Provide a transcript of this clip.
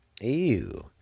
Ew